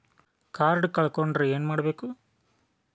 Card ಕಳ್ಕೊಂಡ್ರ ಏನ್ ಮಾಡಬೇಕು?